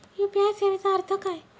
UPI सेवेचा अर्थ काय?